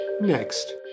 Next